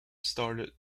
started